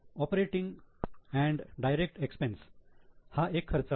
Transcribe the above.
'operating and direct express' हा एक खर्च आहे